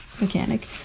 mechanic